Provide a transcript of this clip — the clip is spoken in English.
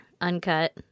uncut